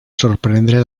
sorprendre